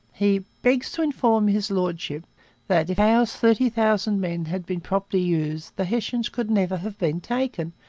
he begs to inform his lordship that if howe's thirty thousand men had been properly used the hessians could never have been taken,